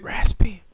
Raspy